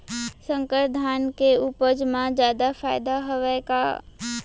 संकर धान के उपज मा जादा फायदा हवय का?